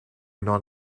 non